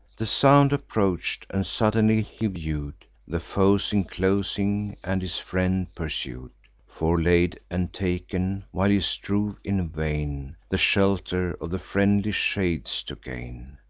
the sound approach'd and suddenly he view'd the foes inclosing, and his friend pursued, forelaid and taken, while he strove in vain the shelter of the friendly shades to gain.